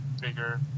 bigger